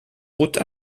route